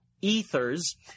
ethers